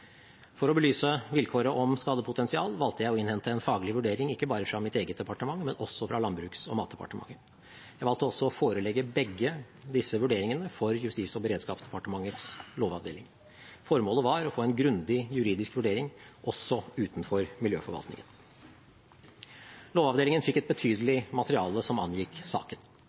For å belyse vilkåret om skadepotensial valgte jeg å innhente en faglig vurdering ikke bare fra mitt eget departement, men også fra Landbruks- og matdepartementet. Jeg valgte også å forelegge begge disse vurderingene for Justis- og beredskapsdepartementets lovavdeling. Formålet var å få en grundig juridisk vurdering også utenfor miljøforvaltningen. Lovavdelingen fikk et betydelig materiale som angikk saken.